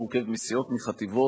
עורכת-הדין ארבל